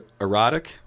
erotic